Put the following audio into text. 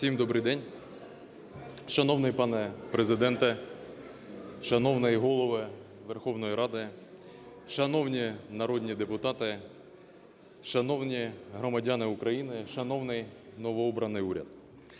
Всім добрий день! Шановний пане Президенте, шановний Голово Верховної Ради, шановні народні депутати, шановні громадяни України, шановний новообраний уряд!